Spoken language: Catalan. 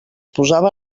posava